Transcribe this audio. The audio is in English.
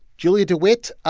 julia dewitt,